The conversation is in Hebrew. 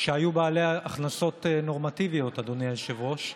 שהיו בעלי הכנסות נורמטיביות, אדוני היושב-ראש,